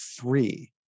three